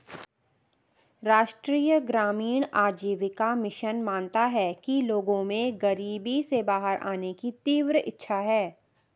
राष्ट्रीय ग्रामीण आजीविका मिशन मानता है कि लोगों में गरीबी से बाहर आने की तीव्र इच्छा है